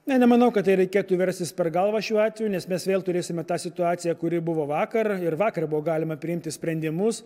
ne nemanau kad tai reikėtų verstis per galvą šiuo atveju nes mes vėl turėsime tą situaciją kuri buvo vakar ir vakar buvo galima priimti sprendimus